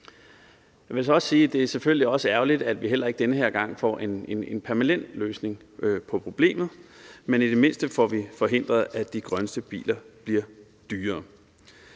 at det selvfølgelig også er ærgerligt, at vi heller ikke den her gang får en permanent løsning på problemet, men i det mindste får vi forhindret, at de grønneste biler bliver dyrere.